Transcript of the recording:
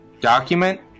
document